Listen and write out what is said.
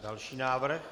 Další návrh.